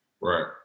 Right